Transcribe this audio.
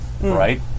right